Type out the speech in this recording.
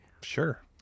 Sure